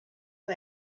and